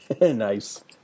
Nice